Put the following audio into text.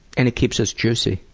and it keeps us juicy.